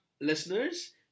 listeners